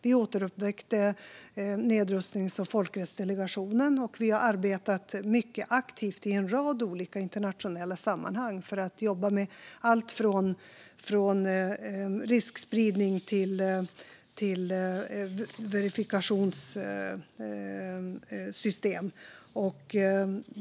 Vi återuppväckte nedrustnings och folkrättsdelegationen. Vi har arbetat mycket aktivt i en rad olika internationella sammanhang när det gäller allt från riskspridning till verifikationssystem.